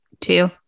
two